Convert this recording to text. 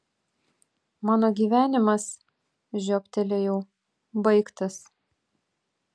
mano gyvenimas žiobtelėjau baigtas